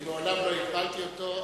אני מעולם לא הגבלתי אותו.